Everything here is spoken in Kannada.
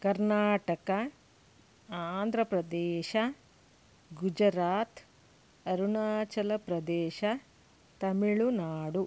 ಕರ್ನಾಟಕ ಆಂಧ್ರಪ್ರದೇಶ ಗುಜರಾತ್ ಅರುಣಾಚಲ ಪ್ರದೇಶ ತಮಿಳುನಾಡು